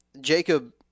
Jacob